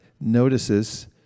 notices